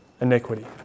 iniquity